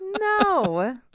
No